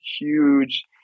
huge